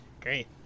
Great